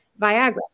Viagra